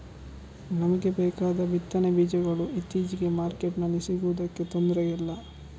ನಮಿಗೆ ಬೇಕಾದ ಬಿತ್ತನೆ ಬೀಜಗಳು ಇತ್ತೀಚೆಗೆ ಮಾರ್ಕೆಟಿನಲ್ಲಿ ಸಿಗುದಕ್ಕೆ ತೊಂದ್ರೆ ಇಲ್ಲ